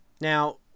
Now